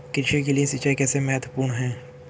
कृषि के लिए सिंचाई कैसे महत्वपूर्ण है?